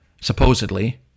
supposedly